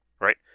right